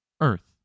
Earth